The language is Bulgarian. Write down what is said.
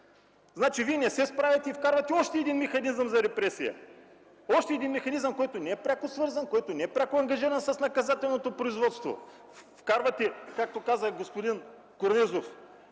Значи не се справяте и вкарвате още механизъм за репресия. Още един механизъм, който не е пряко свързан, който не е пряко ангажиран с наказателното производство. Вкарвате, както каза и господин Корнезов: